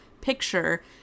picture